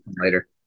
Later